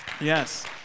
Yes